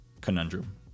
conundrum